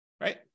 right